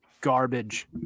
garbage